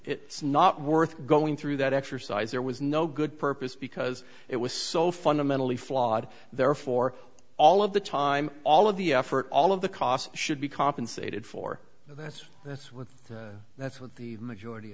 it's not worth going through that exercise there was no good purpose because it was so fundamentally flawed there for all of the time all of the effort all of the costs should be compensated for that's that's what that's what the majority